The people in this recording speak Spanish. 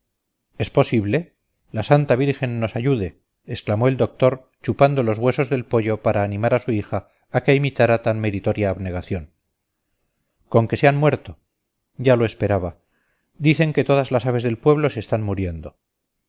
es posible la santa virgen nos ayude exclamó el doctor chupando los huesos del pollo para animar a su hija a que imitara tan meritoria abnegación con que se han muerto ya lo esperaba dicen que todas las aves del pueblo se están muriendo